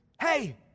Hey